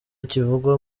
kivugwa